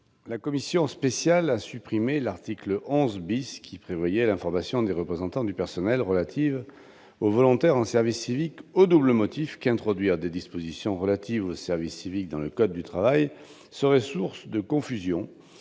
La commission spéciale a supprimé l'article 11 , qui prévoyait l'information des représentants du personnel sur les volontaires en service civique, au double motif qu'introduire des dispositions relatives au service civique dans le code du travail serait source de confusion